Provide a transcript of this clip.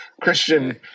Christian